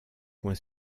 ouen